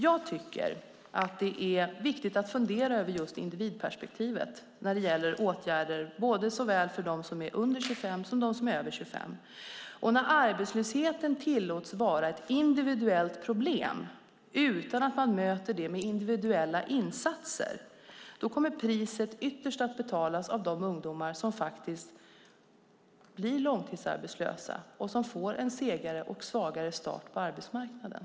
Jag tycker att det är viktigt att fundera över just individperspektivet när det gäller åtgärder såväl för dem som är under 25 som för dem som är över 25 år. När arbetslösheten tillåts att vara ett individuellt problem utan att man möter det med individuella insatser kommer priset ytterst att betalas av de ungdomar som faktiskt blir långtidsarbetslösa och som får en segare och svagare start på arbetsmarknaden.